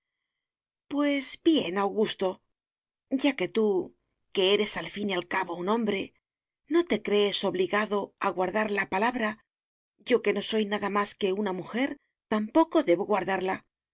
pues bien augusto ya que tú que eres al fin y al cabo un hombre no te crees obligado a guardar la palabra yo que no soy nada más que una mujer tampoco debo guardarla